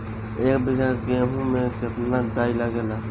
एक बीगहा गेहूं में केतना डाई लागेला?